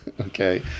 okay